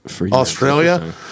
Australia